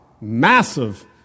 massive